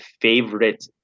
favorite